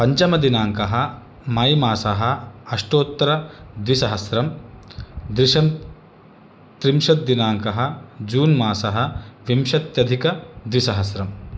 पञ्चमदिनाङ्कः मैमासः अष्टोत्तरद्विसहस्रं डिसें त्रिंशत् दिनाङ्कः जून् मासः विंशत्यधिकद्विसहस्रम्